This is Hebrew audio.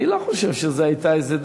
אני לא חושב שזו הייתה איזו,